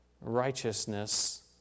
righteousness